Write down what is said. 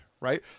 right